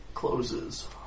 closes